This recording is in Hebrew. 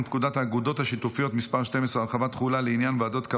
מהוועדה לקידום מעמד האישה ולשוויון מגדרי לוועדת העבודה והרווחה